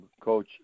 Coach